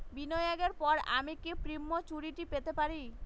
বিনিয়োগের পর আমি কি প্রিম্যচুরিটি পেতে পারি?